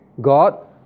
God